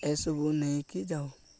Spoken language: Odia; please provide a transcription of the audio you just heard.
ଏସବୁ ନେଇକି ଯାଉ